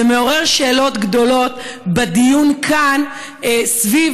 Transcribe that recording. זה מעורר שאלות גדולות בדיון כאן סביב